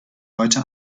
heute